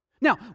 Now